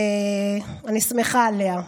ואני שמחה עליה.